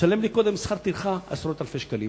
שלם לי קודם שכר טרחה עשרות אלפי שקלים.